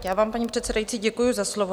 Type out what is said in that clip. Já vám, paní předsedající, děkuju za slovo.